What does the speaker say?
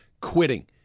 quitting